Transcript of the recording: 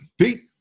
Pete